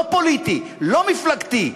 לא פוליטי, לא מפלגתי,